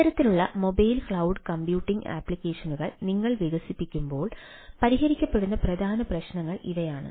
ഇത്തരത്തിലുള്ള mobile cloud computing അപ്ലിക്കേഷനുകൾ നിങ്ങൾ വികസിപ്പിക്കുമ്പോൾ പരിഹരിക്കപ്പെടുന്ന പ്രധാന പ്രശ്നങ്ങൾ ഇവയാണ്